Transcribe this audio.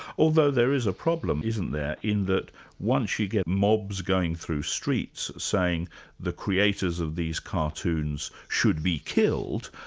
although there is a problem, isn't there, in that once you get mobs going through streets saying the creators of these cartoons should be killed,